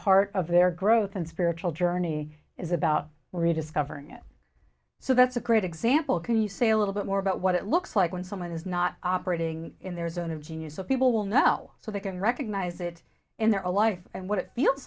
part of their growth and spiritual journey is about rediscovering it so that's a great example can you say a little bit more about what it looks like when someone is not operating in their zone of genius so people will know so they can recognize it in their life and what it feels